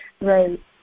Right